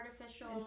artificial